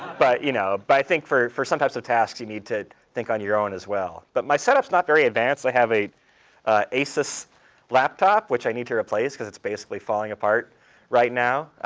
but you know but i think for for some types of tasks, you need to think on your own as well. but my set-up's not very advanced. i have an ah asus laptop, which i need to replace because it's basically falling apart right now.